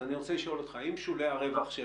אני רוצה לשאול אותך: אם שולי הרווח של